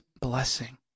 blessing